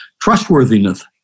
trustworthiness